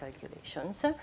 calculations